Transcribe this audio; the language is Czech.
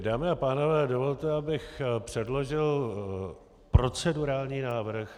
Dámy a pánové, dovolte, abych předložil procedurální návrh.